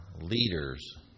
leaders